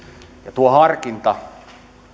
tuo harkinta